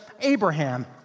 Abraham